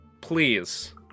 please